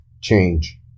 Change